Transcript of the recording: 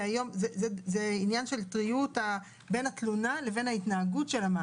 זה עניין של הטריות בין התלונה לבין ההתנהגות של המעסיק.